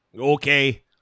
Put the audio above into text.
Okay